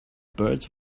birds